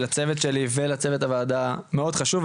לצוות שלי ולצוות הוועדה מאוד חשוב,